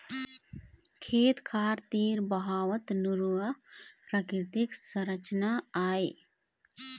खेत खार तीर बहावत नरूवा प्राकृतिक संरचना आय